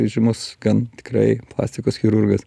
žymus gan tikrai plastikos chirurgas